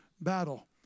Battle